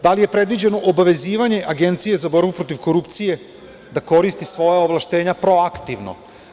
Da li je predviđeno obavezivanje Agencije za borbu protiv korupcije da koristi svoja ovlašćenja proaktivno?